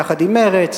יחד עם מרצ,